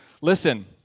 listen